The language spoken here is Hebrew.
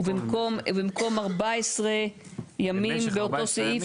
ובמקום "14 ימים" באותו סעיף --- במשך 14 ימים.